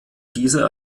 dieser